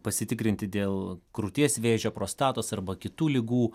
pasitikrinti dėl krūties vėžio prostatos arba kitų ligų